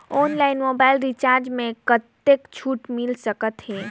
Online mobile recharge मे कतेक छूट मिल सकत हे?